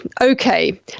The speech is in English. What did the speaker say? Okay